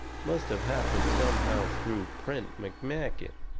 must of happened somehow through prent mcmakin.